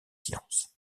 sciences